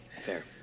fair